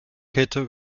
kette